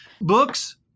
books